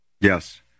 Yes